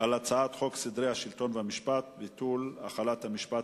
על הצעת חוק סדרי השלטון והמשפט (ביטול החלת המשפט,